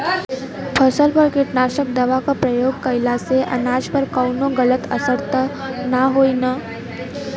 फसल पर कीटनाशक दवा क प्रयोग कइला से अनाज पर कवनो गलत असर त ना होई न?